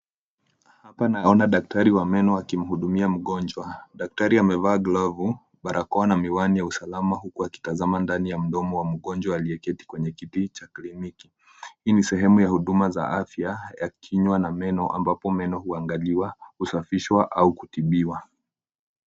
Hapa naona daktari wa meno akimhudumia mgonjwa. Daktari amevaa glovu, barakoa na miwani ya usalama huku akitazama ndani ya mdomo wa mgonjwa aliyeketi kwenye kiti cha kliniki. Hii ni sehemu ya huduma za afya ya kinywa na meno ambapo meno huangaliwa, husafishwa au kutibiwa.